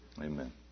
Amen